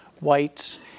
whites